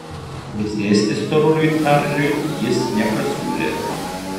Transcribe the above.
prisėsti storuliui čarliui jis nepasiūlė